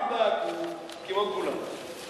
אל תדאג, הוא כמו כולם.